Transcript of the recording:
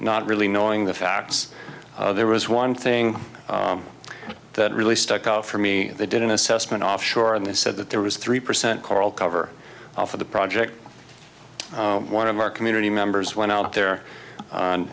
not really knowing the facts there was one thing that really stuck out for me they did an assessment offshore and they said that there was three percent coral cover off of the project one of our community members went out there